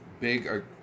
big